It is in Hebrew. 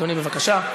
אדוני, בבקשה.